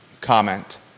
comment